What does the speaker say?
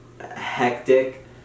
hectic